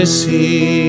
see